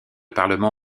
parlement